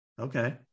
Okay